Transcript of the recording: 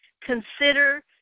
Consider